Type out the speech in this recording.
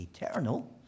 eternal